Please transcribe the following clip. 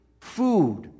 food